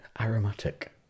aromatic